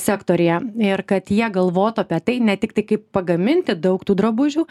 sektoriuje ir kad jie galvotų apie tai ne tik tai kaip pagaminti daug tų drabužių